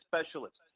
specialists